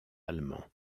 allemand